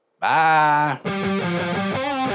Bye